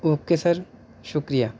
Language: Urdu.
اوکے سر شکریہ